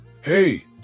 Hey